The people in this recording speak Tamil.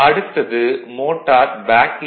அடுத்தது மோட்டார் பேக் ஈ